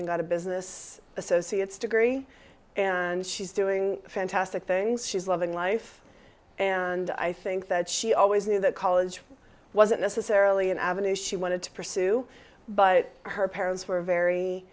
and got a business associates degree and she's doing fantastic things she's loving life and i think that she always knew that college wasn't necessarily an avenue she wanted to pursue but her parents were very